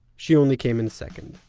she only came in second.